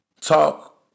Talk